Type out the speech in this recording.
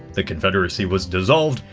the confederacy was dissolved,